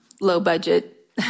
low-budget